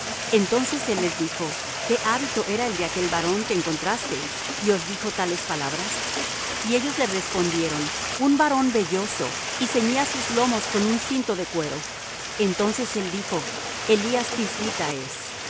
entonces él les dijo qué hábito era el de aquel varón que encontrasteis y os dijo tales palabras y ellos le respondieron un varón velloso y ceñía sus lomos con un cinto de cuero entonces él dijo elías thisbita es